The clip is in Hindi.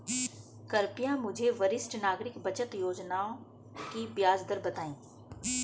कृपया मुझे वरिष्ठ नागरिक बचत योजना की ब्याज दर बताएं